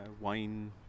wine